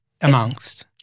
amongst